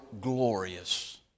glorious